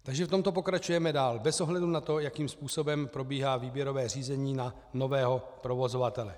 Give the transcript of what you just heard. Takže v tomto pokračujeme dál bez ohledu na to, jakým způsobem probíhá výběrové řízení na nového provozovatele.